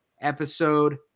episode